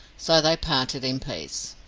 so they parted in peace.